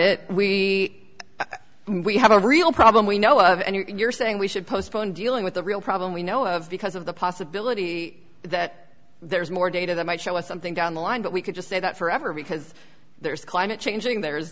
it we we have a real problem we know and you're saying we should postpone dealing with the real problem we know of because of the possibility that there's more data that might show us something down the line but we could just say that forever because there's climate changing there's